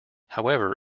however